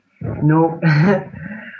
No